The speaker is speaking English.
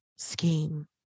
scheme